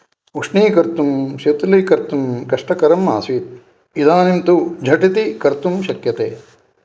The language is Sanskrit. उष्णीकर्तुं शितलीकर्तुं कष्टकरम् आसीत् इदानीं तु झटिति कर्तुं शक्यते